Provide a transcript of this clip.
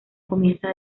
comienza